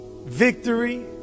Victory